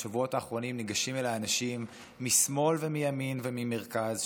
בשבועות האחרונים ניגשים אליי אנשים משמאל ומימין ומהמרכז,